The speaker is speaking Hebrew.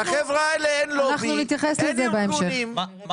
לחבר'ה האלה אין לובי, אין ארגונים, אין ארגון גג.